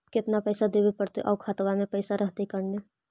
केतना पैसा देबे पड़तै आउ खातबा में पैसबा रहतै करने?